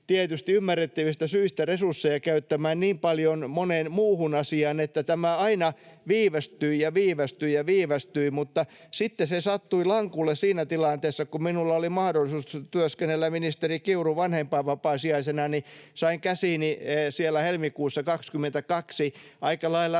tietysti ymmärrettävistä syistä resursseja käyttämään niin paljon moneen muuhun asiaan, että tämä aina viivästyi ja viivästyi ja viivästyi, mutta sitten se sattui lankulle siinä tilanteessa, kun minulla oli mahdollisuus työskennellä ministeri Kiurun vanhempainvapaan sijaisena. Sain käsiini siellä helmikuussa 22 aika lailla